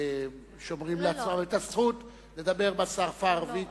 ושומרים לעצמם את הזכות לדבר בשפה הערבית,